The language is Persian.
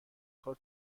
کار